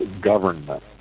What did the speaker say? government